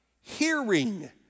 hearing